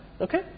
Okay